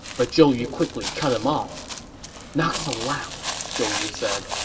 but zhou yu quickly cut him off not so loud! zhou yu said.